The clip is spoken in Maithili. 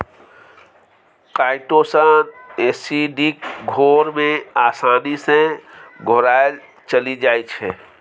काइटोसन एसिडिक घोर मे आसानी सँ घोराएल चलि जाइ छै